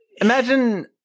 Imagine